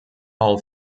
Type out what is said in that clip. all